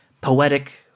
poetic